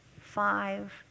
five